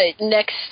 next